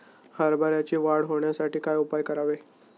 हरभऱ्याची वाढ होण्यासाठी काय उपाय करावे?